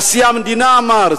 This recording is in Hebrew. נשיא המדינה אמר,